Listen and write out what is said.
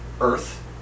earth